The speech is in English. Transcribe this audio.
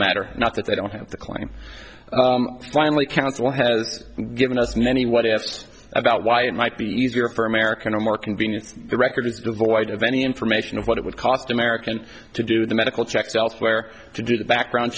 matter not that they don't have the claim finally counsel has given us many what ifs about why it might be easier for america in a more convenient records devoid of any information of what it would cost american to do the medical checks elsewhere to do the background